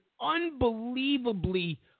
unbelievably